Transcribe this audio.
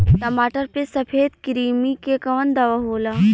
टमाटर पे सफेद क्रीमी के कवन दवा होला?